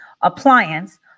appliance